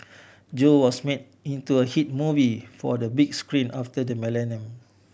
Joe was made into a hit movie for the big screen after the millennium